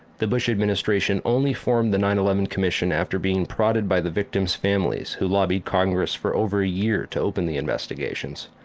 the bush administration only formed the nine eleven commission after being prodded by the victim's families who lobbied congress for over a year to open the investigations.